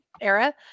era